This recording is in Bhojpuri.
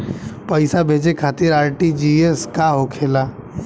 पैसा भेजे खातिर आर.टी.जी.एस का होखेला?